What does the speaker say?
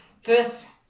first